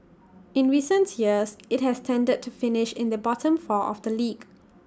in recent years IT has tended to finish in the bottom four of the league